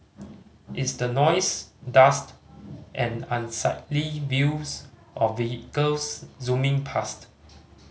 it's the noise dust and unsightly views of vehicles zooming past